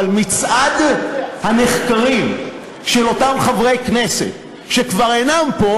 אבל מצעד הנחקרים של אותם חברי כנסת שכבר אינם פה,